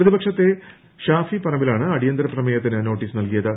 പ്രതിപക്ഷത്തെ ഷാഫി പറമ്പിലാണ് അടിയന്തര പ്രമേയത്തിന് നോട്ടീസ് നൽകിയത്